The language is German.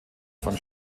von